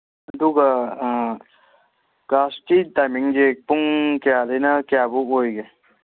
ꯑꯗꯨꯒ ꯀ꯭ꯂꯥꯁꯀꯤ ꯇꯥꯏꯃꯤꯡꯁꯦ ꯄꯨꯡ ꯀꯌꯥꯗꯩꯅ ꯀꯌꯥꯕꯨꯛ ꯑꯣꯏꯒꯦ